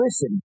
listen